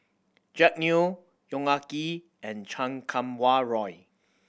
Jack Neo Yong Ah Kee and Chan Kum Wah Roy